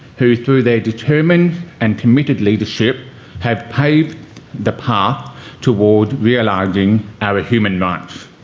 who through their determined and committed leadership have paved the path towards realising our human rights.